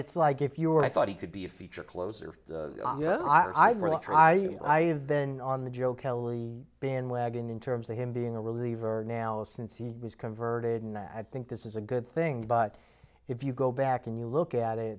it's like if you were i thought he could be a feature closer i will try i have been on the joe kelly bandwagon in terms of him being a reliever now since he was converted and i think this is a good thing but if you go back and you look at it